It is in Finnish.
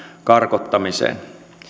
karkottamiseen